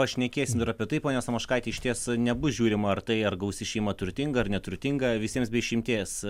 pašnekėsim ir apie tai ponia samoškaite išties nebus žiūrima ar tai ar gausi šeima turtinga ar neturtinga visiems be išimties